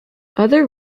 other